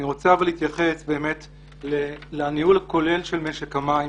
אני רוצה להתייחס לניהול הכולל של משק המים.